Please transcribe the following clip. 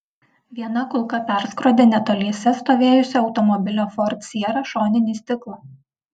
viena kulka perskrodė netoliese stovėjusio automobilio ford sierra šoninį stiklą